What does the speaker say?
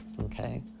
okay